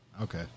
Okay